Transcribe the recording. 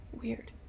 weird